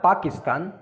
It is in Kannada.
ಪಾಕಿಸ್ತಾನ್